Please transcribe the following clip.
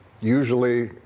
usually